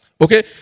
Okay